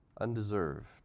undeserved